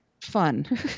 fun